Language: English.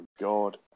god